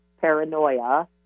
paranoia